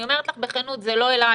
אני אומרת לך בכנות, זה לא אלייך,